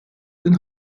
den